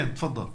כן, תפדל.